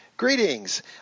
Greetings